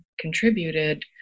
contributed